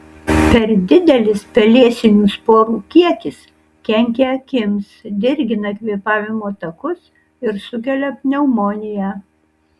per didelis pelėsinių sporų kiekis kenkia akims dirgina kvėpavimo takus ir sukelia pneumoniją